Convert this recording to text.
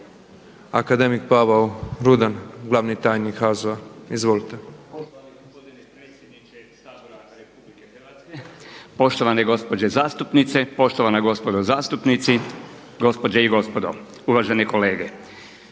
Akademik Pavao Rudan, glavni tajnik HAZU-a. Izvolite.